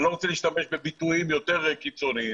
אני לא רוצה להשתמש בביטויים יותר קיצוניים.